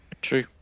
True